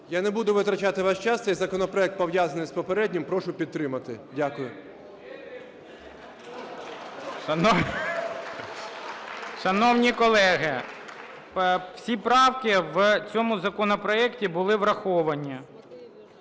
Я не буду витрачати ваш час. Цей законопроект пов'язаний з попереднім. Прошу підтримати. Дякую. ГОЛОВУЮЧИЙ. Шановні колеги, всі правки в цьому законопроекті були враховані.